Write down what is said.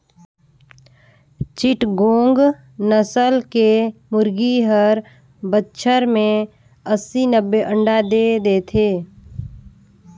चिटगोंग नसल के मुरगी हर बच्छर में अस्सी, नब्बे अंडा दे देथे